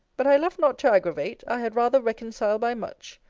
but i love not to aggravate. i had rather reconcile by much.